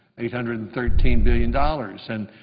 eight hundred and thirteen billion dollars. and,